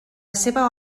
seva